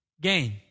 gain